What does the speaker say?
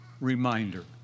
reminder